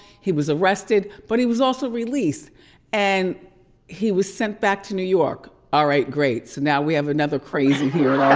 he was arrested, but he was also released and he was sent back to new york. all right, great, so now we have another crazy here on our